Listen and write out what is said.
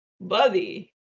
buddy